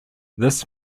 this